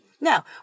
Now